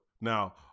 Now